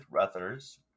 Ruthers